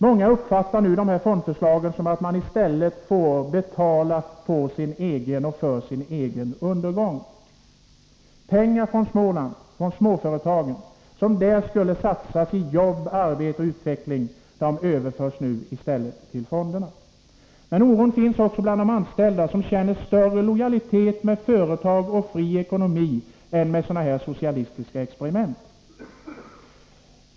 Många uppfattar fondförslagen så, att de nu i stället får betala för sin egen undergång. Pengar från företag i Småland, som där skulle ha satsats i jobb och utveckling, överförs i stället till fonderna. Men oron finns också bland de anställda, som känner större lojalitet med företag och fri ekonomi än med sådana här socialistiska experiment.